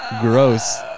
Gross